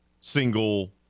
single